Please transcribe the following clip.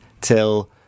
till